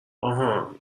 آهان